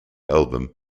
album